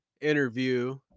interview